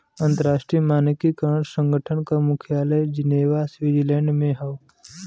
अंतर्राष्ट्रीय मानकीकरण संगठन क मुख्यालय जिनेवा स्विट्जरलैंड में हौ